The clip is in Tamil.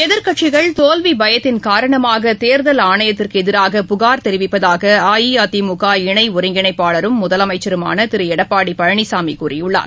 எதிர்கட்சிகள் தோல்வி பயத்தின் காரணமாக தேர்தல் ஆணையத்திதற்கு எதிராக புகார் தெரிவிப்பதாக அஇஅதிமுக இணை ஒருங்கிணைப்பாளரும் முதலமைச்சருமான திரு எடப்பாடி பழனிசாமி கூறியுள்ளார்